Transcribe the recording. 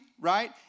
right